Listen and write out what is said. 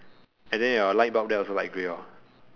and then your light bulb there also light grey or